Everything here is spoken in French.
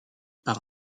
par